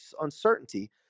uncertainty